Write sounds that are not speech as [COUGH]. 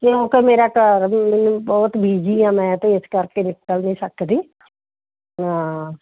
ਕਿਉਂਕਿ ਮੇਰਾ ਮੈਨੂੰ ਬਹੁਤ ਬਿਜ਼ੀ ਹਾਂ ਮੈਂ ਅਤੇ ਇਸ ਕਰਕੇ [UNINTELLIGIBLE] ਨਹੀਂ ਸਕਦੇ ਹਾਂ